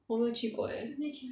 我没有去过 leh